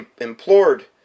implored